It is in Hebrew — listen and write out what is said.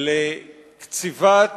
לקציבת